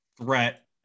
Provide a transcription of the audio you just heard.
threat